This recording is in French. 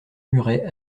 muret